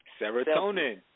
Serotonin